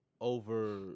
over